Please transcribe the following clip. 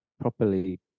properly